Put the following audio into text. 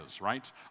right